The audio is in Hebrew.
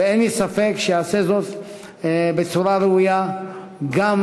ואין לי ספק שיעשה זאת בצורה ראויה גם